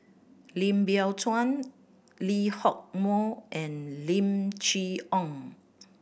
Lim Biow Chuan Lee Hock Moh and Lim Chee Onn